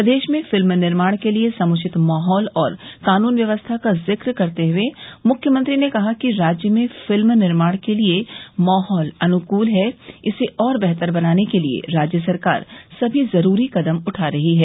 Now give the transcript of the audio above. प्रदेश में फ़िल्म निर्माण के लिए समुचित माहौल और क़ानून व्यवस्था का ज़िक़ करते हुए मुख्यमंत्री ने कहा कि राज्य में फ़िल्म निर्माण के लिए माहौल अनुकूल है इसे और बेहतर बनाने के लिए राज्य सरकार सभी जरूरी कदम उठा रही है